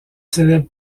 célèbres